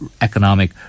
economic